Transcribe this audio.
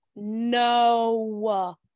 no